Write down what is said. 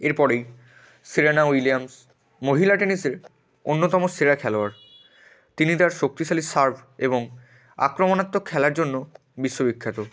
এরপরেই Serena Williams মহিলা টেনিসের অন্যতম সেরা খেলোয়াড় তিনি তার শক্তিশালী সার্ভ এবং আক্রমণাত্মক খেলার জন্য বিশ্ব বিখ্যাত